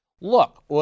look